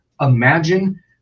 Imagine